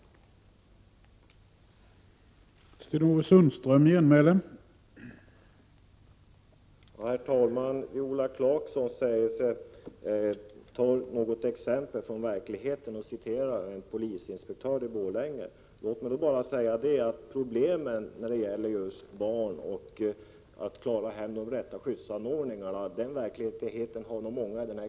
SARerRErer Orban